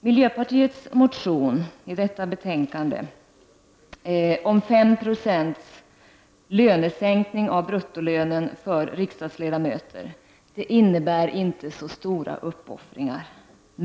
Miljöpartiets förslag, i den motion som behandlas i detta betänkande, om 5 20 sänkning av bruttolönen för riksdagsledamöter innebär inte så stora uppoffringar.